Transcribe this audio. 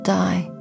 die